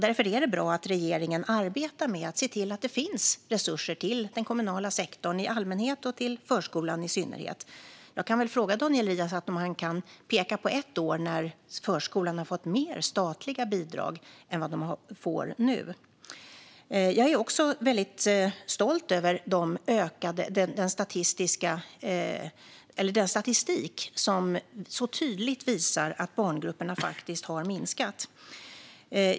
Därför är det bra att regeringen arbetar med att se till att det finns resurser till den kommunala sektorn i allmänhet och till förskolan i synnerhet. Jag kan fråga Daniel Riazat om han kan peka på ett år när förskolan har fått mer statliga bidrag än vad den får nu. Jag är väldigt stolt över den statistik som så tydligt visar att barngrupperna har minskat.